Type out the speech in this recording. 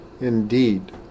Indeed